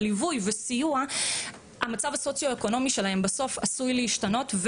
ליווי וסיוע המצב הסוציואקונומי שלהם בסוף עשוי להשתנות,